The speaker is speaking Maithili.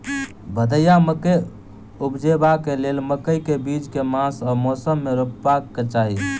भदैया मकई उपजेबाक लेल मकई केँ बीज केँ मास आ मौसम मे रोपबाक चाहि?